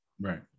Right